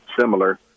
similar